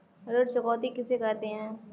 ऋण चुकौती किसे कहते हैं?